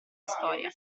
storia